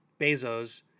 Bezos